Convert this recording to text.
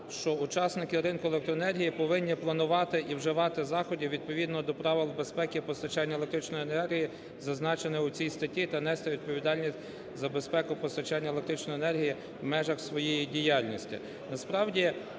що учасники ринку електроенергії повинні планувати і вживати заходів відповідно до правил безпеки постачання електричної енергії, зазначені у цій статі, та нести відповідальність за безпеку постачання електричної енергії в межах своєї діяльності.